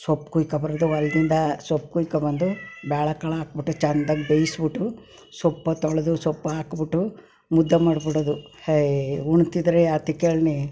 ಸೊಪ್ಪು ಕುಯ್ಕೊಂಡ್ಬರೋದು ಹೊಲ್ದಿಂದ ಸೊಪ್ಪು ಕುಯ್ಕೊಂಡ್ಬಂದು ಬಾಳೆ ಕಾಳು ಹಾಕ್ಬಿಟ್ಟು ಚೆಂದಾಗಿ ಬೇಯಿಸ್ಬಿಟ್ಟು ಸೊಪ್ಪು ತೊಳೆದು ಸೊಪ್ಪು ಹಾಕ್ಬಿಟ್ಟು ಮುದ್ದೆ ಮಾಡಬಿಡೋದು ಹಯ್ಯಿ ಉಣ್ತಿದ್ದರೆ ಯಾತಕ್ಕೇಳೀನಿ